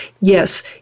Yes